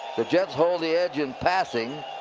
the jets hold the edge in passing.